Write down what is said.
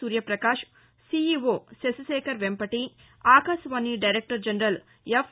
Suryaprakash CEO Shashi Shekhar Vempati Akashvani director general F